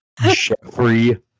Jeffrey